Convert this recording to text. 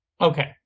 Okay